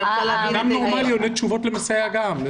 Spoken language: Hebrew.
אדם נורמלי עונה תשובות גם למסייע.